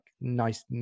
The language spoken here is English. nice